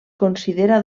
considera